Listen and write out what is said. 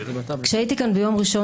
כשהייתי כאן ביום ראשון,